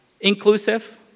inclusive